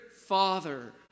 father